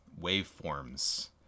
waveforms